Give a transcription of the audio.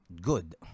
good